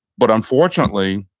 but unfortunately,